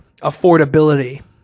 affordability